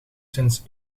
sinds